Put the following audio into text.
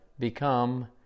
become